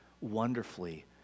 wonderfully